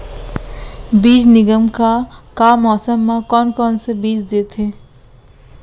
बीज निगम का का मौसम मा, कौन कौन से बीज देथे?